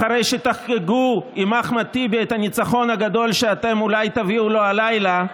אחרי שתחגגו עם אחמד טיבי את הניצחון הגדול שאתם אולי תביאו לו הלילה,